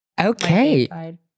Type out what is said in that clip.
Okay